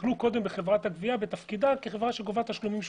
יכלו קודם בחברת הגבייה בתפקידה כחברה שגובה תשלומים שוטפים.